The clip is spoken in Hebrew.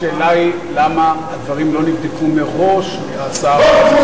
השאלה היא למה הדברים לא נבדקו מראש טוב,